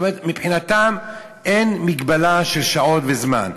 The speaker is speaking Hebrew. זאת אומרת, מבחינתם אין הגבלה של שעות וזמן.